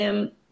זה לא טוב.